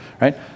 right